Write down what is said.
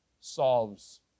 solves